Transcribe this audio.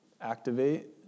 Activate